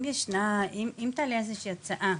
אם ישנה או אם תעלה איזו שהיא הצעה